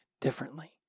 differently